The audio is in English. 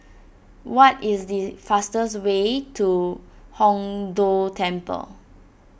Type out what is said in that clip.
what is the fastest way to Hong Tho Temple